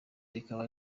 rikaba